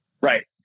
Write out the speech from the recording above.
Right